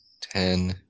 Ten